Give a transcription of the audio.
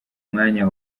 mwanya